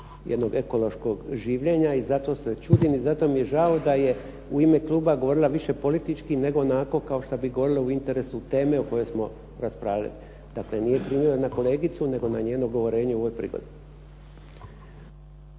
jednog ekološkog življenja i zato se čudim i zato mi je žao da je u ime kluba govorila više politički nego onako kao što bi govorila u interesu teme o kojoj smo raspravljali. Dakle, nije prigovor na kolegicu nego na njeno govorenje u ovoj prigodi.